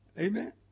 Amen